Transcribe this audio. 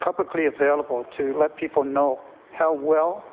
publicly available to let people know how well